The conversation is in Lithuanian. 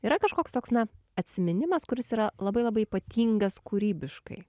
yra kažkoks toks na atsiminimas kuris yra labai labai ypatingas kūrybiškai